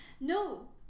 No